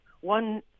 one